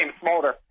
Smolder